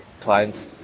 clients